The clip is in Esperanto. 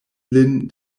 lin